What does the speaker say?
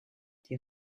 die